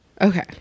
Okay